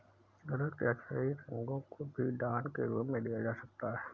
रक्त या शरीर के अंगों को भी दान के रूप में दिया जा सकता है